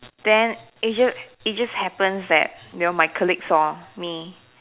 then is just it just happens that you know my colleague saw me